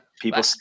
people